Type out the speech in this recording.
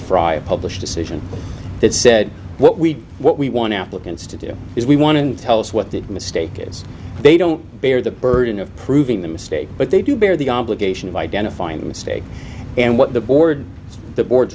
frye a published decision that said what we what we want applicants to do is we want to tell us what the mistake is they don't bear the burden of proving the mistake but they do bear the obligation of identifying mistakes and what the board the board